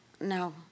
No